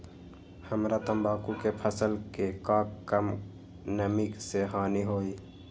हमरा तंबाकू के फसल के का कम नमी से हानि होई?